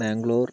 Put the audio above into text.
Bangalore